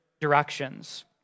directions